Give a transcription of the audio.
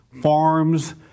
farms